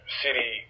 city